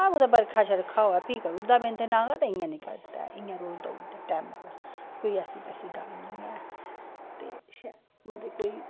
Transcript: हां कुदै बरखा होए तां फ्ही करी ओड़दा नागा पर इ'यां निं करदा इ'यां रोज देई ओड़दा टैमै दा कोई ऐसी वैसी गल्ल निं ऐ ते शैल मतलब कोई